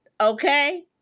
Okay